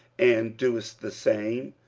and doest the same,